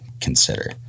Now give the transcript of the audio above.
consider